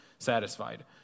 satisfied